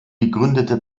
gegründete